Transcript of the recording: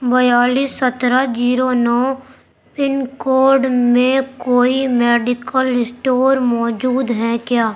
بیالیس سترہ زیرو نو پن کوڈ میں کوئی میڈیکل اسٹور موجود ہیں کیا